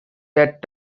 that